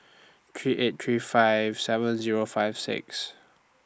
three eight three five seven Zero five six